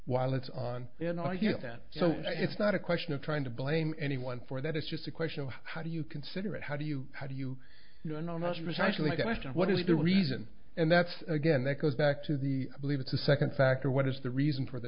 while it's on and i hear that so it's not a question of trying to blame anyone for that it's just a question of how do you consider it how do you how do you you know not just actually get asked and what is the reason and that's again that goes back to the believe it's the second factor what is the reason for the